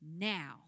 now